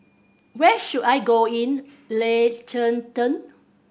where should I go in Liechenten